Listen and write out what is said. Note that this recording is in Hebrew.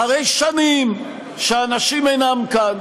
אחרי שנים שאנשים אינם כאן,